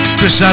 Chris